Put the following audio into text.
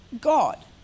God